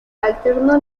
alternó